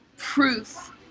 proof